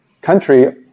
country